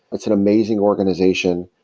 it's an amazing organization.